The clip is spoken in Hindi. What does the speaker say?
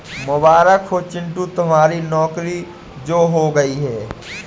मुबारक हो चिंटू तुम्हारी नौकरी जो हो गई है